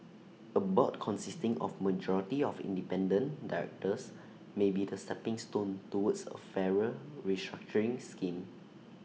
A board consisting of majority of independent directors may be the stepping stone towards A fairer restructuring scheme